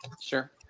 Sure